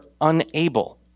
unable